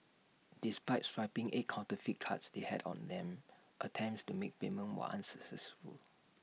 despite swiping eight counterfeit cards they had on them attempts to make payment were unsuccessful